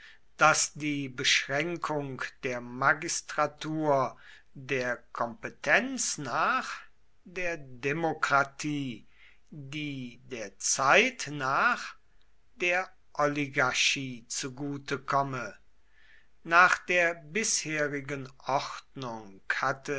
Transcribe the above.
daß die beschränkung der magistratur der kompetenz nach der demokratie die der zeit nach der oligarchie zugute komme nach der bisherigen ordnung hatte